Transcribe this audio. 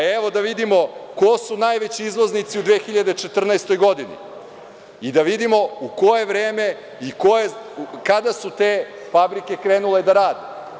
Evo, da vidimo ko su najveći izvoznici u 2014. godini i da vidimo u koje vreme i kada su te fabrike krenule da rade.